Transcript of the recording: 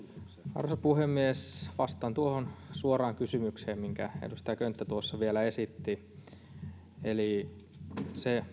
arvoisa puhemies vastaan tuohon suoraan kysymykseen minkä edustaja könttä tuossa vielä esitti eli se